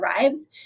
arrives